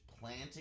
planting